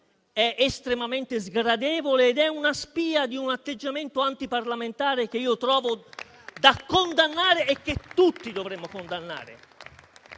è estremamente sgradevole ed è spia di un atteggiamento antiparlamentare che trovo da condannare e che tutti dovremmo condannare.